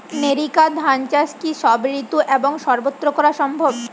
NERICA ধান চাষ কি সব ঋতু এবং সবত্র করা সম্ভব?